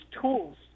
tools